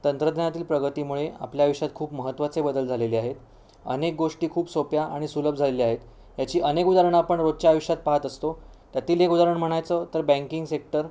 तंत्रज्ञानातील प्रगतीमुळे आपल्या आयुष्यात खूप महत्त्वाचे बदल झालेले आहेत अनेक गोष्टी खूप सोप्या आणि सुलभ झालेल्या आहेत याची अनेक उदाहरणं आपण रोजच्या आयुष्यात पाहत असतो त्यातील एक उदाहरण म्हणायचं तर बँकिंग सेक्टर